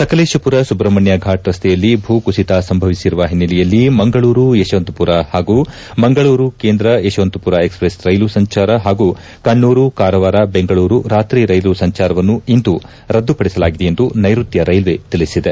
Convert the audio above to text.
ಸಕಲೇಶಪುರ ಸುಬ್ರಷ್ಮಣ್ಯ ಫಾಟ್ ರಸ್ತೆಯಲ್ಲಿ ಭೂ ಕುಸಿತ ಸಂಭವಿಸಿರುವ ಹಿನ್ನೆಲೆಯಲ್ಲಿ ಮಂಗಳೂರು ಯಶವಂತಪುರ ಪಾಗೂ ಮಂಗಳೂರು ಕೇಂದ್ರ ಯಶವಂತಪುರ ಎಕ್ಸ್ ಪ್ರೆಸ್ ರೈಲು ಸಂಚಾರ ಹಾಗೂ ಕಣ್ಣೂರು ಕಾರವಾರ ದೆಂಗಳೂರು ರಾತ್ರಿ ರೈಲು ಸಂಚಾರವನ್ನು ಇಂದು ರದ್ದುಪಡಿಸಲಾಗಿದೆ ಎಂದು ನೈರುತ್ತ ರೈಲ್ವೆ ತಿಳಿಸಿದೆ